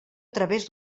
través